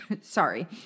sorry